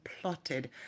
plotted